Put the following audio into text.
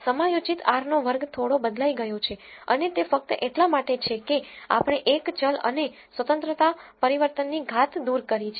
સમાયોજિત r નો વર્ગ થોડો બદલાઈ ગયો છે અને તે ફક્ત એટલા માટે છે કે આપણે એક ચલ અને સ્વતંત્રતા પરિવર્તનની ઘાત દૂર કરી છે